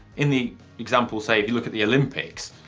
in the example, say if you look at the olympics,